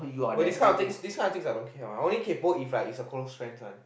but this kind of thing this kind of thing I don't care [one] I only kaypo if like it's a close friend one